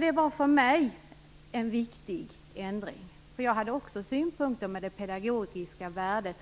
Det var för mig en viktig ändring, eftersom också jag hade synpunkter på det pedagogiska värdet